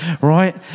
right